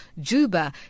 Juba